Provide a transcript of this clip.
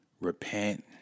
repent